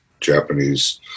Japanese